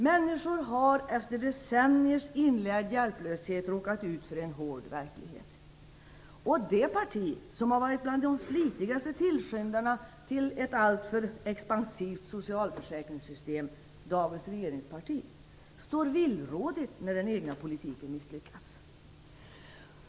Människor har efter decenniers inlärd hjälplöshet råkat ut för en hård verklighet. Och det parti som varit bland de flitigaste tillskyndarna till ett alltför expansivt socialförsäkringssystem - dagens regeringsparti - står villrådigt när den egna politiken misslyckats.